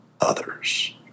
others